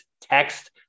text